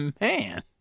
Man